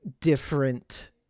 different